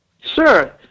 Sure